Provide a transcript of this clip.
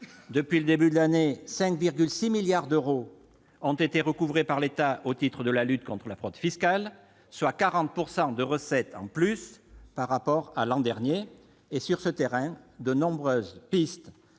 depuis le début de l'année, 5,6 milliards d'euros ont été recouvrés par l'État au titre de la lutte contre la fraude fiscale, soit 40 % de recettes en plus par rapport à l'an dernier. Sur ce terrain, de nombreuses pistes